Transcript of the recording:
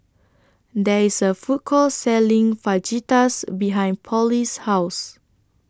There IS A Food Court Selling Fajitas behind Polly's House